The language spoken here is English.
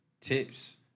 tips